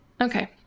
Okay